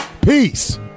Peace